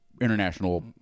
international